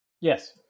yes